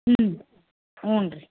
ಹ್ಞೂ ಹ್ಞೂ ರೀ